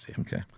Okay